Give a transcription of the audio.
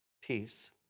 peace